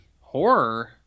Horror